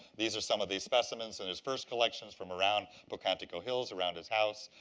these are some of the specimens in his first collections from around pocantico hills, around his house.